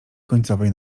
końcowej